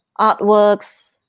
artworks